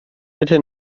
bitte